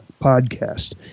podcast